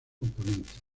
componentes